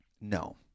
No